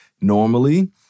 normally